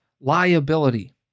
Liability